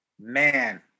man